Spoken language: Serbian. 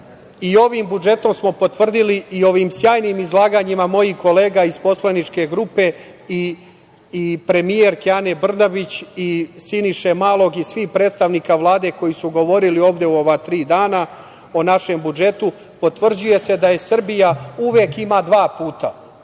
ovim budžetom smo potvrdili, i ovim sjajnim izlaganjima mojih kolega iz poslaničke grupe i premijerke Ane Brnabić i Siniše Malog i svih predstavnika Vlade koji su govorili ovde u ova tri dana, o našem budžetu, potvrđuje se da Srbija uvek ima dva puta.